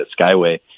Skyway